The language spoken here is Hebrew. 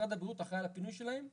משרד הבריאות אחראי על הפינוי שלהם.